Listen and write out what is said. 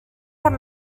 have